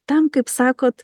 tam kaip sakot